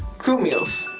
crew meals.